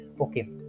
okay